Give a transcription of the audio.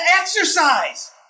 exercise